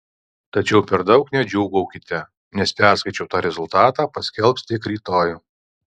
tačiau per daug nedžiūgaukite nes perskaičiuotą rezultatą paskelbs tik rytoj